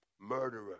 Murderer